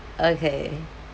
okay